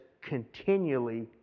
continually